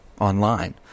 online